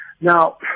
now